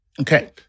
Okay